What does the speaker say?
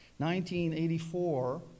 1984